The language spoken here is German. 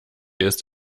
ist